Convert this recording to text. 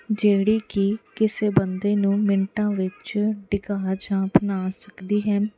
ਜਿਹੜੀ ਕਿ ਕਿਸੇ ਬੰਦੇ ਨੂੰ ਮਿੰਟਾਂ ਵਿੱਚ ਡਿਗਾ ਜਾਂ ਬਣਾ ਸਕਦੀ ਹੈ